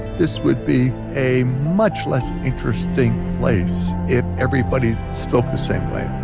this would be a much less interesting place if everybody spoke the same way